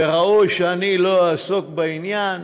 וראוי שאני לא אעסוק בעניין,